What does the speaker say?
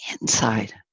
inside